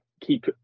Keep